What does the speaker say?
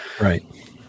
right